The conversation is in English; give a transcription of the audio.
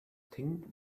tinged